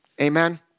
Amen